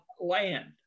land